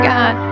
God